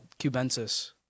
Cubensis